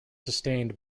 sustained